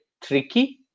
tricky